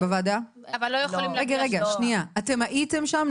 אתם הייתם שם?